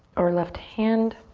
or left hand.